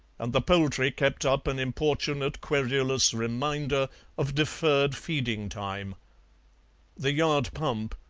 and the poultry kept up an importunate querulous reminder of deferred feeding-time the yard pump,